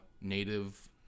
native